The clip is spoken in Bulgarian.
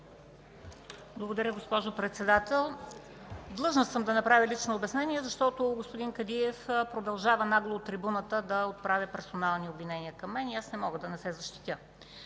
Благодаря, госпожо Председател. Длъжна съм да направя лично обяснение, защото господин Кадиев продължава нагло от трибуната да отправя персонални обвинения към мен и не мога да не се защитя.